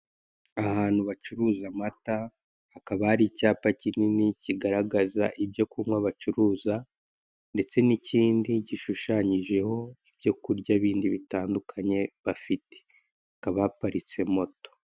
Ahantu bacuruza amata, hakaba hari icyapa kinini kigaragaza ibyo kunywa bacuruza ndetse n'ikindi gishushanyijeho ibyo kurya bindi bindi bitandukanye bafite, hakaba haparitse moto.